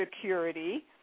security